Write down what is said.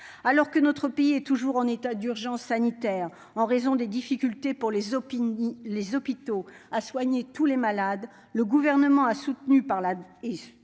Alors que notre pays est toujours en état d'urgence sanitaire en raison des difficultés que rencontrent les hôpitaux pour soigner tous les malades, le Gouvernement, soutenu par la